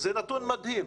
זה נתון מדהים.